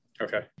okay